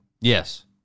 Yes